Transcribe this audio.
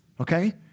okay